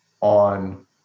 on